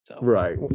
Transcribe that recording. right